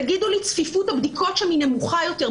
תגידו לי שצפיפות הבדיקות שם היא נמוכה יותר,